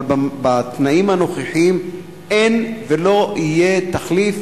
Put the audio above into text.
אבל בתנאים הנוכחיים אין ולא יהיה תחליף